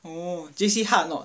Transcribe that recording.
oh J_C hard or not